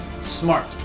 SMART